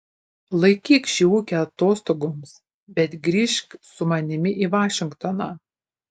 laikyk šį ūkį atostogoms bet grįžk su manimi į vašingtoną